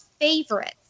favorites